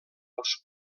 als